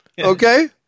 Okay